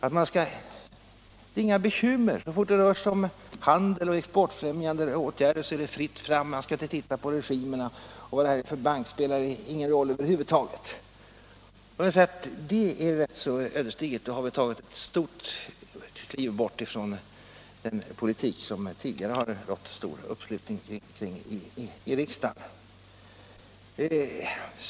Det finns tydligen inga bekymmer: så fort det rör sig om handel och exportfrämjande åtgärder är det fritt fram. Man skall inte först behöva se efter vad det är för regimer, och vad det är för bank spelar över huvud taget ingen roll! Jag vill säga att detta är ödesdigert, eftersom vi då har tagit ett stort kliv bort från den politik som det tidigare har rått stark uppslutning omkring i riksdagen.